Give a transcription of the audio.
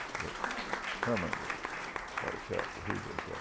but herman was quite a character. he was